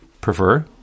prefer